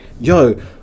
yo